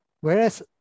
Whereas